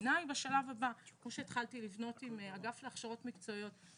יש גם את הנושא של התאמה של משרות.